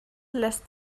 lässt